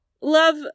Love